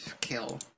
Kill